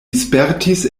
spertis